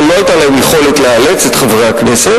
לא היתה להם יכולת לאלץ את חברי הכנסת,